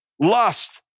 lust